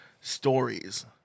stories